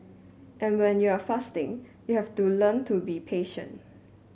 and when you are fasting you have to learn to be patient